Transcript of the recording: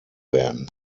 werden